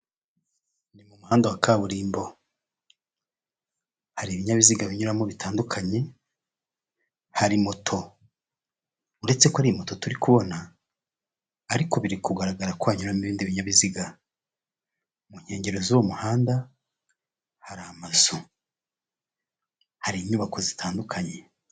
Ni mu muhanda wa kaburimbo, hari ibinyabiziga binyuramo bitandukanye, hari moto. Uretse ko ari moto turi kubona, ariko biri kugaragara ko hanyura ibindi binyabiziga, mu nkengero z'uwo muhanda hari amazu, hari inyubako zitandukanye.